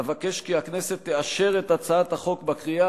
אבקש כי הכנסת תאשר את הצעת החוק בקריאה